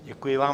Děkuji vám.